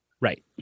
right